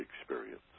experience